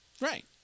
Right